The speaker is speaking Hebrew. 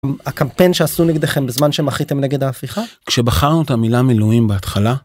הקמפיין שעשו נגדכם בזמן שמחיתם נגד ההפיכה שבחרנו את המילה מילואים בהתחלה.